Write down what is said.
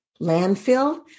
landfill